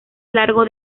largo